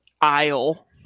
aisle